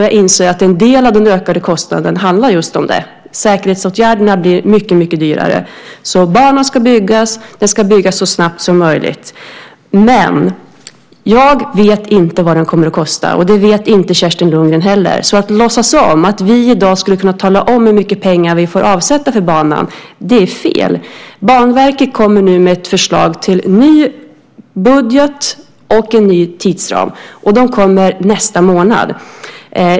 Jag inser att en del av den ökade kostnaden handlar just om det - säkerhetsåtgärderna blir mycket dyrare. Banan ska byggas. Den ska byggas så snabbt som möjligt. Men jag vet inte vad den kommer att kosta, och det vet inte Kerstin Lundgren heller. Att då låtsas som att vi i dag skulle kunna tala om hur mycket pengar vi får avsätta för banan är fel. Banverket kommer nu med ett förslag till ny budget och ny tidsram, och det kommer nästa månad.